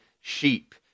sheep